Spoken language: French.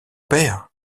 père